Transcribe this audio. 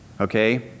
okay